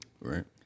Right